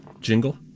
jingle